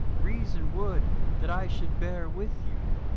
reason would that i should bear with you